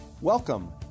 Welcome